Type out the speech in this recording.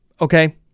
okay